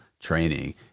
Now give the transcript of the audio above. training